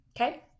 okay